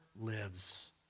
lives